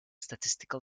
statistical